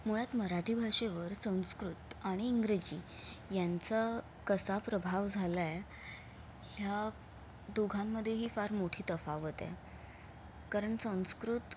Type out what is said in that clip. मुळात मराठी भाषेवर संस्कृत आणि इंग्रजी यांचं कसा प्रभाव झाला आहे ह्या दोघांमध्येही फार मोठी तफावत आहे कारण संस्कृत